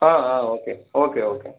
ஆ ஆ okay okay okay